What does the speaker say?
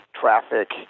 traffic